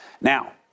Now